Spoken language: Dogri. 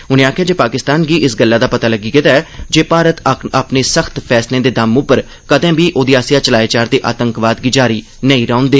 उनें आखेआ जे पाकिस्तान गी इस गल्लै दा पता लग्गी गेदा ऐ जे भारत अपने सख्त फैसलें दे दम उप्पर कदें बी ओह्दे आसेआ चलाए जा'रदे आतंकवाद गी जारी नेई रौह्न देग